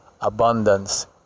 abundance